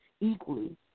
equally